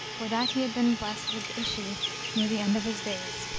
for that he had been blessed with issue near the end of his days.